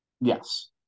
Yes